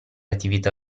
attività